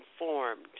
informed